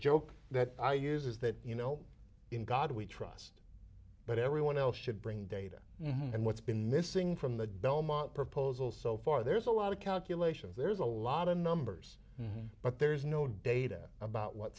joke that i use is that you know in god we trust but everyone else should bring data and what's been missing from the belmont proposal so far there's a lot of calculations there's a lot of numbers but there's no data about what